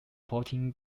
protein